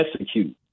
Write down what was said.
execute